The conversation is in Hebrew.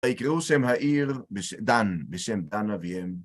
ויקראו שם העיר, דן, בשם דן אביהם.